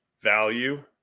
value